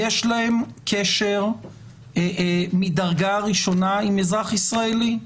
יש להם קשר מדרגה ראשונה עם אזרח ישראלי.